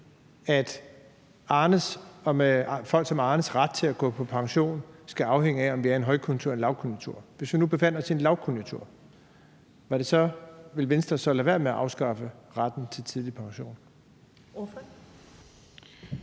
og folk som Arnes ret til at gå på pension skal afhænge af, om vi er i en højkonjunktur eller i en lavkonjunktur? Hvis vi nu befandt os i en lavkonjunktur, ville Venstre så lade være med at afskaffe retten til tidlig pension?